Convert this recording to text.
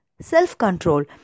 self-control